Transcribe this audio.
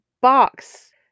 Box